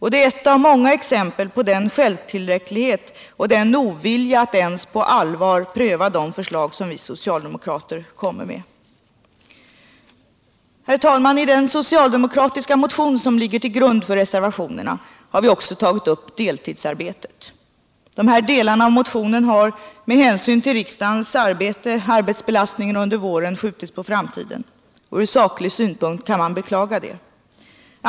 Detta är ett av de många exempel på den självtillräcklighet och den ovilja som visats att på allvar ens pröva de förslag som vi socialdemokrater kommer med. Herr talman! I den socialdemokratiska motion som ligger till grund för reservationen har vi också tagit upp deltidsarbetet. De delarna av motionen har med hänsyn till riksdagens arbetsbelastning under våren skjutits på framtiden. Ur saklig synpunkt kan man beklaga detta.